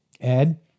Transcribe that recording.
Ed